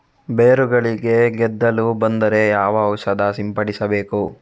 ಬೇರುಗಳಿಗೆ ಗೆದ್ದಲು ಬಂದರೆ ಯಾವ ಔಷಧ ಸಿಂಪಡಿಸಬೇಕು?